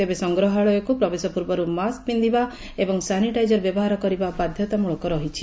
ତେବେ ସଂଗ୍ରହାଳୟକୁ ପ୍ରବେଶ ପୂର୍ବରୁ ମାସ୍କ ପିଛିବା ଏବଂ ସାନିଟାଇଜର ବ୍ୟବହାର କରିବା ବାଧତାମୂଳକ ରହିଛି